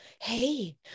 Hey